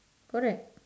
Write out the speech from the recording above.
correct